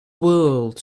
world